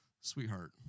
sweetheart